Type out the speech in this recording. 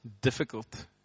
difficult